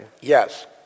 Yes